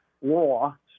war